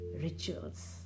rituals